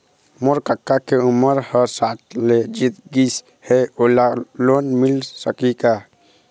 मोर कका के उमर ह साठ ले जीत गिस हे, ओला लोन मिल सकही का?